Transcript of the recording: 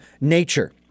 nature